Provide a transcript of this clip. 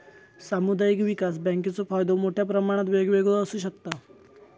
सामुदायिक विकास बँकेचो फायदो मोठ्या प्रमाणात वेगवेगळो आसू शकता